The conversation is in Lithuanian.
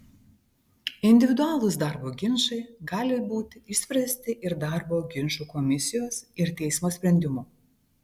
individualūs darbo ginčai gali būti išspręsti ir darbo ginčų komisijos ir teismo sprendimu